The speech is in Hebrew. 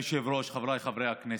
אדוני היושב-ראש, חבריי חברי הכנסת,